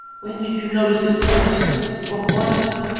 when did you notice it first, and what was it?